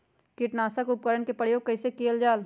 किटनाशक उपकरन का प्रयोग कइसे कियल जाल?